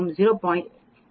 84